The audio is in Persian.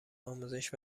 آموزش